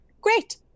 great